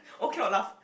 oh cannot laugh